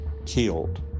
Killed